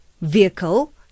vehicle